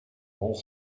hol